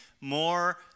more